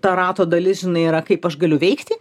to rato dalis žinai yra kaip aš galiu veikti